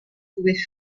pouvaient